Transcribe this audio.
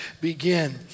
begin